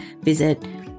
visit